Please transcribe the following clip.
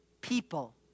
people